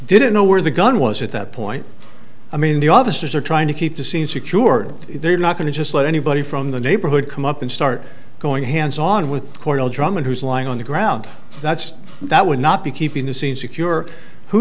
didn't know where the gun was at that point i mean the officers are trying to keep the scene secured they're not going to just let anybody from the neighborhood come up and start going hands on with cornell drummond who's lying on the ground that's that would not be keeping the scene secure who